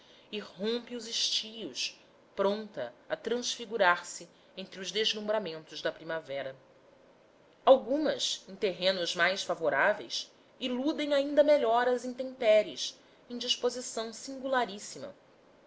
rompe os estios pronta a transfigurar-se entre os deslumbramentos da primavera algumas em terrenos mais favoráveis iludem ainda melhor as intempéries em